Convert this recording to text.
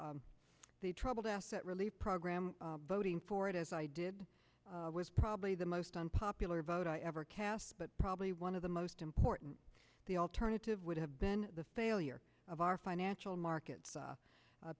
the troubled asset relief program voting for it as i did was probably the most unpopular vote i ever cast but probably one of the most important the alternative would have been the failure of our financial markets